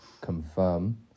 confirm